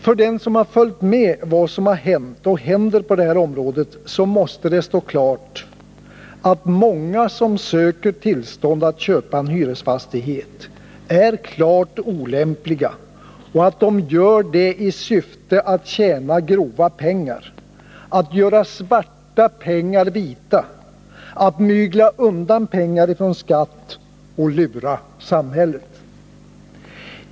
För den som följt med vad som hänt och händer på detta område måste det stå klart att många som söker tillstånd att köpa en hyresfastighet är klart olämpliga och att de gör det i syfte att tjäna grova pengar, att göra svarta pengar vita, att mygla undan pengar från skatt och lura samhället.